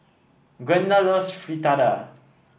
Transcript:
Gwenda loves Fritada